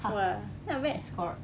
!wah! not bad